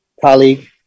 colleague